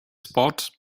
spot